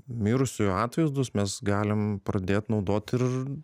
mirusiųjų atvaizdus mes galim pradėt naudot ir